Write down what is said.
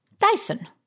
Dyson